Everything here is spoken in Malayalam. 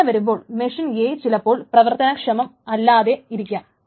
അങ്ങനെ വരുമ്പോൾ മെഷീൻ A ചിലപ്പോൾ പ്രവർത്തനക്ഷമം അല്ലാതെ ഇരിക്കാം